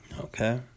Okay